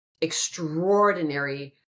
extraordinary